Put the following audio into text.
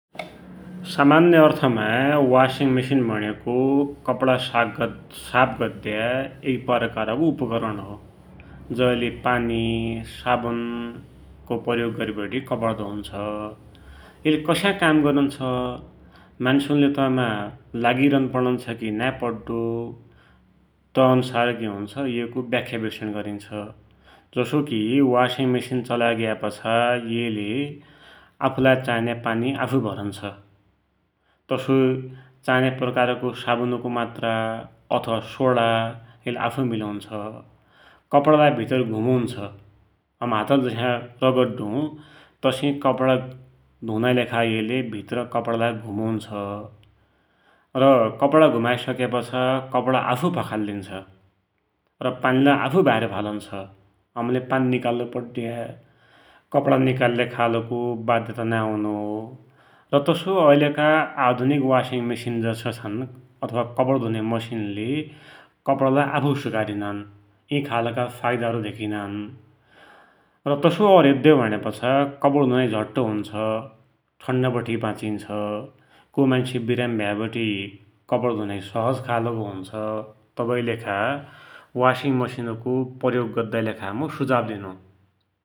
सामान्य अर्थमा washing machine भुण्या कपडा साप गद्या एक प्रकारको उपकरण हो । जैले पानी, साबुनको प्रयोग गरिबटि कपडा धुन्छ । येले कस्या काम गरुन्छ, मान्सुन्ले तैमा लागिरन पडुन्छ कि नाइ पड्डो तै अन्सार येको व्थाख्या विष्लेशण गरिन्छ । जसोकि वासिङ मेसिन चलाइग्याबटि येले आफुलाई चाइन्या पानी आफुइ भरुन्छ । तसोइ आफुलाई चाइन्या प्रकारको सावुनको मात्रा अथवा सोडा येले आफुइ मिलुन्छ । कपडालाई भित्र घुुमुन्छ, हम हातले जस्या रगड्डु तसेइ येले कपडालाई भित्र घुमुन्छ । र कपडा घुमाइसक्या पाछा, कपडा आफुइ पखालिदिन्छ । र पानीलै आफुई भाइर फालुन्छ, हमले पानी निकाल्लु पड्या, कपडा निकाल्या खालको बाध्यता नाइ हुनो । र तसोइ आधुनिक वासिङ मेसिन जसा छन अथवा कपडा धुन्या मसिनले कपडालै आफुइ सुकाइदिनान् । यि खालका फाइदाहरु धेकिनान् । र तसोइ और हेद्यौ भुण्यापाछा कपडा धुनाकि झट्ट हुन्छ । ठन्णा बठेइ वाचिन्छ, कोइ मान्सु विरामी भयाबटि कपडा धुनाकी सहज खालको हुन्छ, तबैकी लेखा वासिङ मेसिन प्रयोग गद्दाकी मुइ सुझाव दिनु ।